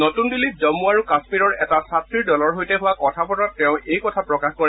নতুন দিল্লীত জম্মু আৰু কাশ্মীৰৰ এটা ছাত্ৰীৰ দলৰ সৈতে হোৱা কথা বতৰাত তেওঁএই কথা প্ৰকাশ কৰে